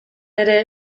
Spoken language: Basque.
ere